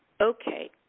Okay